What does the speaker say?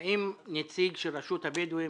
האם נציג של רשות הבדואים